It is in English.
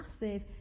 massive